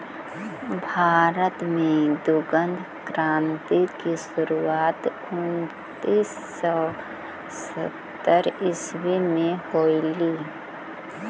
भारत में दुग्ध क्रान्ति की शुरुआत उनीस सौ सत्तर ईसवी में होलई